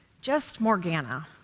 just morgana.